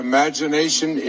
Imagination